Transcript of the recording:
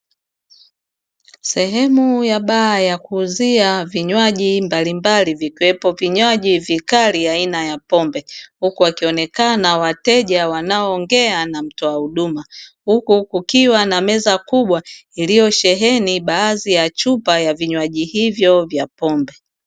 Sehemu ya baa ya kuuzia vinywaji mbalimbali vikiwepo vinywaji vikali aina ya pombe, huku wakionekana wateja wanaoongea na mtoa huduma huku kukiwa na meza kubwa iliyosheheni baadhi ya chupa ya vinywaji hivyo vya pombe.